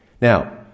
Now